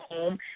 home